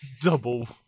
double